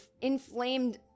inflamed